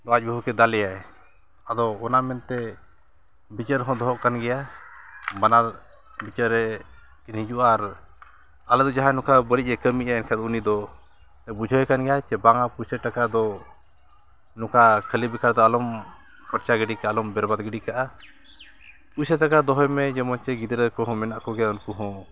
ᱟᱡ ᱵᱟᱹᱦᱩᱜᱮ ᱫᱟᱞᱮᱭᱟᱭ ᱟᱫᱚ ᱚᱱᱟ ᱢᱮᱱᱛᱮ ᱵᱤᱪᱟᱹᱨ ᱦᱚᱸ ᱫᱚᱦᱚᱜ ᱠᱟᱱ ᱜᱮᱭᱟ ᱵᱟᱱᱟᱨ ᱵᱤᱪᱟᱹᱨ ᱨᱮᱠᱤᱱ ᱦᱤᱡᱩᱜᱼᱟ ᱟᱨ ᱟᱞᱮᱫᱚ ᱡᱟᱦᱟᱸᱭ ᱱᱚᱝᱠᱟ ᱵᱟᱹᱲᱤᱡ ᱮ ᱠᱟᱹᱢᱤᱭᱟᱭ ᱮᱱᱠᱷᱟᱱ ᱩᱱᱤᱫᱚ ᱵᱩᱡᱷᱟᱹᱣᱮ ᱠᱟᱱ ᱜᱮᱭᱟ ᱡᱮ ᱵᱟᱝ ᱯᱩᱭᱥᱟᱹ ᱴᱟᱠᱟ ᱫᱚ ᱱᱚᱝᱠᱟ ᱠᱷᱟᱹᱞᱤ ᱵᱤᱠᱷᱟ ᱫᱚ ᱟᱞᱚᱢ ᱠᱷᱚᱨᱪᱟ ᱜᱤᱰᱤ ᱠᱟᱜᱼᱟ ᱟᱞᱚᱢ ᱵᱮᱨᱵᱟᱫ ᱜᱤᱰᱤ ᱠᱟᱜᱼᱟ ᱯᱩᱭᱥᱟᱹ ᱴᱟᱠᱟ ᱫᱚᱦᱚᱭ ᱢᱮ ᱡᱮᱢᱚᱱ ᱪᱮᱫ ᱜᱤᱫᱽᱨᱟᱹ ᱠᱚᱦᱚᱸ ᱢᱮᱱᱟᱜ ᱠᱚᱜᱮᱭᱟ ᱩᱱᱠᱩ ᱦᱚᱸ